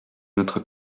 notre